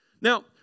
Now